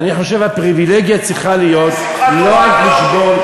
אני חושב הפריבילגיה צריכה להיות לא על חשבון,